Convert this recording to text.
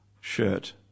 shirt